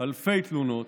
אלפי תלונות,